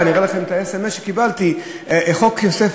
אני אראה לכם את האס.אם.אס שקיבלתי: חוק יוסף